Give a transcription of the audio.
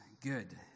good